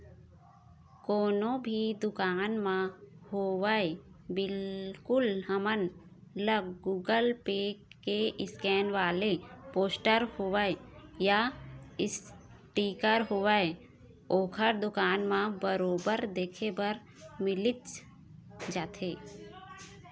कोनो भी दुकान म होवय बिल्कुल हमन ल गुगल पे के स्केन वाले पोस्टर होवय या इसटिकर होवय ओखर दुकान म बरोबर देखे बर मिलिच जाथे